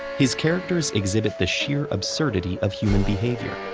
his characters exhibit the sheer absurdity of human behavior,